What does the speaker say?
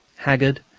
haggard,